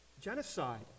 genocide